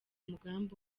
mugambi